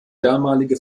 damalige